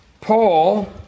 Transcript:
Paul